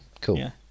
cool